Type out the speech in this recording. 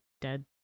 dead